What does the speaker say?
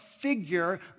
figure